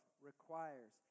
requires